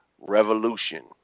Revolution